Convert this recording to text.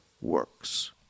works